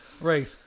right